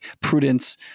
prudence